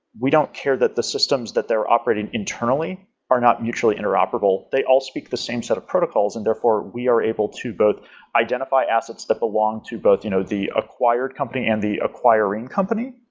we don't care that the systems that they're operating internally are not mutually inoperable. they all speak the same sort of protocols, and therefore we are able to both identify assets that belong to both you know the acquired company and the acquiring company.